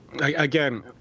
again